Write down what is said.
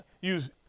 use